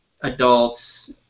adults